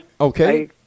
Okay